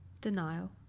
denial